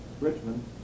Richmond